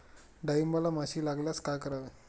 डाळींबाला माशी लागल्यास काय करावे?